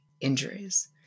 injuries